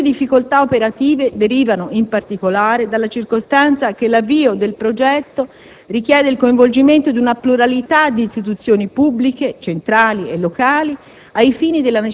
Le maggiori difficoltà operative derivano, in particolare, dalla circostanza che l'avvio del progetto richiede il coinvolgimento di una pluralità di istituzioni pubbliche, centrali e locali,